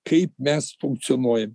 kaip mes funkcionuojame